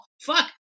Fuck